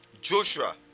Joshua